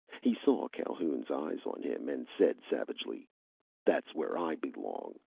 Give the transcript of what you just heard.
he saw calhoun's eyes on him and said savagely that's where i belong!